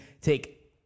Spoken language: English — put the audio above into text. take